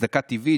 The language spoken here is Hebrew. הצדקה טבעית,